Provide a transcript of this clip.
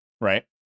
right